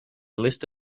list